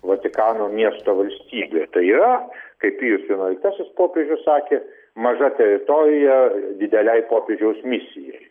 vatikano miesto valstybė tai yra kai pijus vienuoliktasis popiežius sakė maža teritorija didelei popiežiaus misijai